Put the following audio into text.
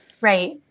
Right